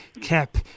cap